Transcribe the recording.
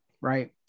right